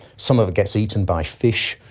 some of it gets eaten by fish,